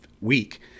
week